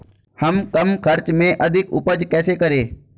हम कम खर्च में अधिक उपज कैसे करें?